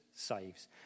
Saves